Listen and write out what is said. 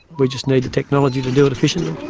we just need the technology to do it efficiently.